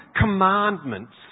commandments